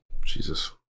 Jesus